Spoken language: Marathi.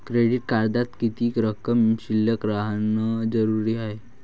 क्रेडिट कार्डात किती रक्कम शिल्लक राहानं जरुरी हाय?